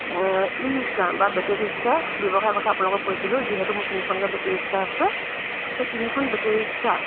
ই rickshaw বা battery rickshaw ব্যৱসায়ৰ কথা আপোনালোকক কৈছিলোঁ যিহেতু মোৰ তিনিখনকৈ বেটেৰী ৰিক্সা আছে সেই তিনিখন বেটেৰী ৰিক্সা